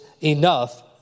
enough